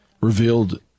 revealed